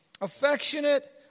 Affectionate